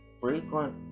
frequent